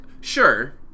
Sure